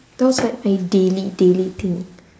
those are my daily daily thing